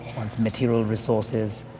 one's material resources,